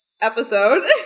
episode